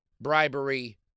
bribery